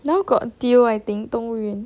now got deal I think 动物园